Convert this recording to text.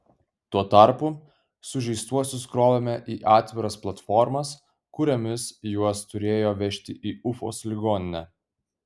tuo tarpu sužeistuosius krovėme į atviras platformas kuriomis juos turėjo vežti į ufos ligoninę